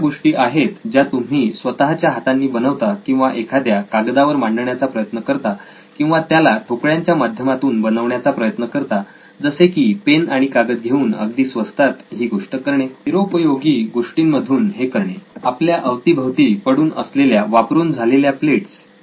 त्या अशा गोष्टी आहेत ज्या तुम्ही स्वतःच्या हातांनी बनवता किंवा एखाद्या कागदावर मांडण्याचा प्रयत्न करता किंवा त्याला ठोकळ्यांच्या माध्यमातून बनवण्याचा प्रयत्न करता जसे की पेन आणि कागद घेऊन अगदी स्वस्तात ही गोष्ट करणे निरुपयोगी गोष्टींमधून हे करणे आपल्या अवतीभवती पडून असलेल्या वापरून झालेल्या प्लेट्स